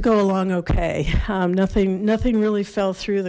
go along ok nothing nothing really fell through